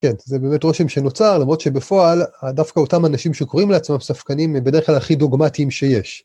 כן, זה באמת רושם שנוצר, למרות שבפועל דווקא אותם אנשים שקוראים לעצמם ספקנים הם בדרך כלל הכי דוגמטיים שיש.